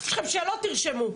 יש לכם שאלות, תרשמו.